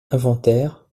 inventaires